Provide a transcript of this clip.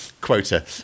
quota